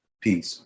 peace